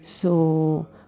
so